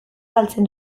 galtzen